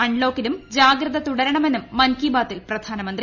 അൺലോക്കിലും ജാഗ്രത തുടരണമെന്നും മൻ കി ബ്രി്തി്ൽ പ്രധാനമന്ത്രി